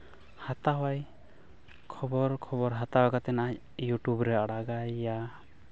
ᱦᱟᱛᱟᱣ ᱟᱭ ᱠᱷᱚᱵᱚᱨ ᱠᱷᱚᱵᱚᱨ ᱦᱟᱛᱟᱣ ᱠᱟᱛᱮ ᱟᱡ ᱤᱭᱩᱴᱩᱵᱽ ᱨᱮ ᱟᱲᱟᱜᱟᱭ ᱭᱟ